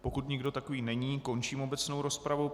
Pokud nikdo takový není, končím obecnou rozpravu.